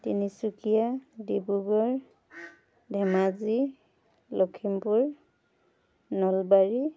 Tinsukia Dibrugarh Dhemaji Lakhimpur Nalbari